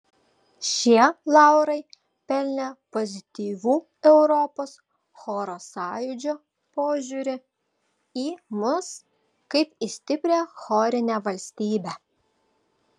šie laurai pelnė pozityvų europos choro sąjūdžio požiūrį į mus kaip į stiprią chorinę valstybę